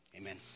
amen